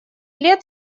лет